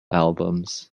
albums